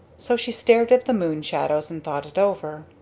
so she stared at the moon shadows and thought it over.